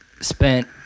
spent